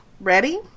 Ready